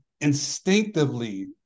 instinctively